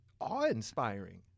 awe-inspiring